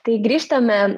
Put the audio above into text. tai grįžtame